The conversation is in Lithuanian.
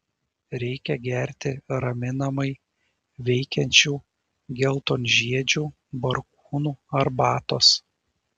reikia gerti raminamai veikiančių geltonžiedžių barkūnų arbatos